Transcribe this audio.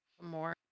more